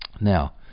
Now